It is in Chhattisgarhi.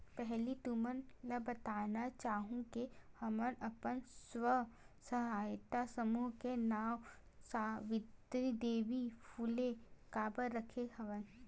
पहिली तुमन ल बताना चाहूँ के हमन अपन स्व सहायता समूह के नांव सावित्री देवी फूले काबर रखे हवन